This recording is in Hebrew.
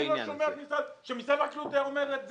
אני לא שומע שמשרד החקלאות אומר את זה.